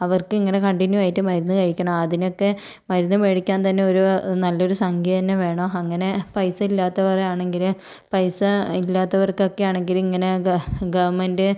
അവർക്ക് ഇങ്ങനെ കണ്ടിന്യൂ ആയിട്ട് മരുന്ന് കഴിക്കണം അതിനൊക്കെ മരുന്നും മേടിക്കാൻ തന്നെ ഒരു നല്ലൊരു സംഖ്യ തന്നെ വേണം അങ്ങനെ പൈസ ഇല്ലാത്തവരാണെങ്കിൽ പൈസ ഇല്ലാത്തവർക്ക് ഒക്കെ ആണെങ്കിൽ ഇങ്ങനെ ഗവൺമെൻറ്